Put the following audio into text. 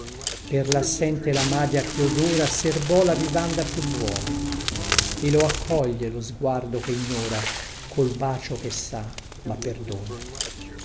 per lassente la madia che odora serbò la vivanda più buona e lo accoglie lo sguardo che ignora col bacio che sa ma perdona